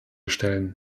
stellen